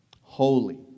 holy